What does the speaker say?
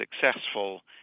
successful